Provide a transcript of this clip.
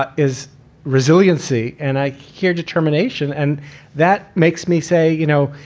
but is resiliency. and i hear determination. and that makes me say, you know,